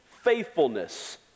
faithfulness